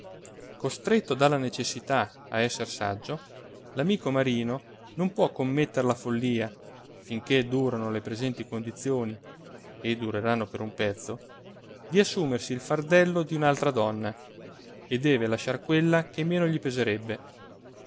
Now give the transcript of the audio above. costretto dalla necessità a esser saggio l'amico marino non può commettere la follia finché durano le presenti condizioni e dureranno per un pezzo di assumersi il fardello di un'altra donna e deve lasciar quella che meno gli peserebbe